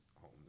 home